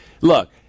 Look